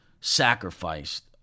sacrificed